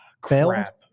Crap